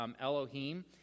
Elohim